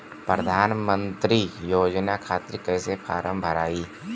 प्रधानमंत्री योजना खातिर कैसे फार्म भराई?